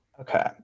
okay